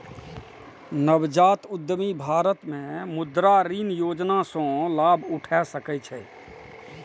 नवजात उद्यमी भारत मे मुद्रा ऋण योजना सं लाभ उठा सकै छै